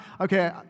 Okay